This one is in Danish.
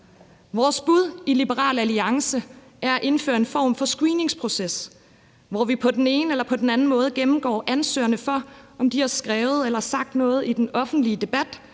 Vores bud i Liberal Alliance er at indføre en form for screeningsproces, hvor vi på den ene eller på den anden måde gennemgår ansøgerne for, om de har skrevet eller sagt noget i den offentlige debat